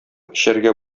эчәргә